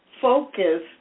focus